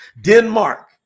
Denmark